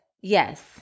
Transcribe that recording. Yes